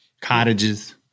cottages